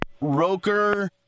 Roker